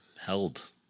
held